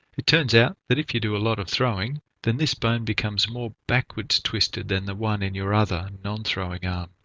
it turns out that if you do a lot of throwing, then this bone becomes more backwards twisted than the one in your other, non-throwing arm.